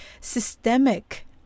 systemic